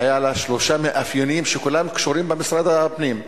היו לה שלושה מאפיינים שכולם קשורים במשרד הפנים.